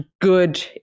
good